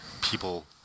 people